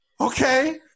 Okay